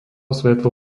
svetlo